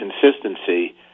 consistency